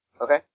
Okay